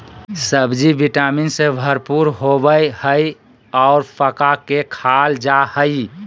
सब्ज़ि vitamin से भरपूर होबय हइ और पका के खाल जा हइ